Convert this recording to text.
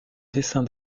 dessin